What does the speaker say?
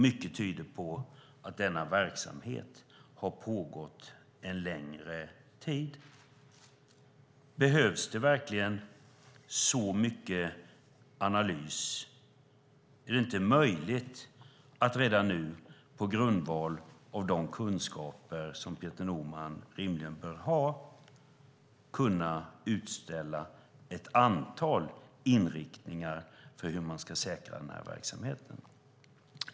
Mycket tyder på att denna verksamhet pågått en längre tid. Behövs det verkligen så mycket analys? Är det inte möjligt att redan nu, på grundval av de kunskaper Peter Norman rimligen bör ha, kunna utställa ett antal inriktningar för hur man ska säkra den verksamheten?